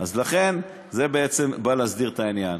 לכן, זה בעצם בא להסדיר את העניין.